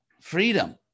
freedom